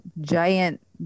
giant